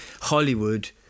Hollywood